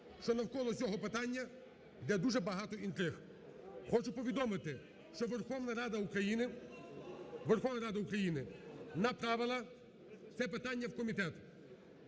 що навколо цього питання йде дуже багато інтриг. Хочу повідомити, що Верховна Рада України направила це питання в комітет,